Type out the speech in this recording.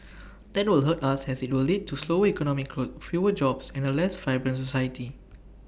that will hurt us as IT will lead to slower economic growth fewer jobs and A less vibrant society